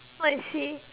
what I see